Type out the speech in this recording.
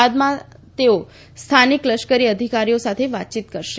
બાદમાં તેઓ સ્થાનિક લશ્કર અધિકારીઓ સાથે વાતચીત કરશે